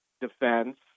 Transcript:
defense